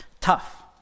tough